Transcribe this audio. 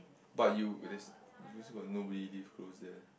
but you there's you also got nobody live close there